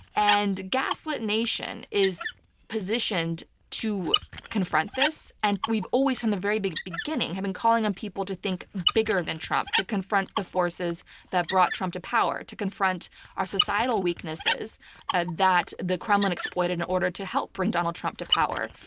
and gaslit nation is positioned to confront this and we've always, from the very beginning, have been calling on people to think bigger than trump, to confront the forces that brought trump to power, to confront our societal weaknesses ah that the kremlin exploited in order to help bring donald trump to power.